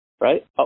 right